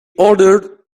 ordered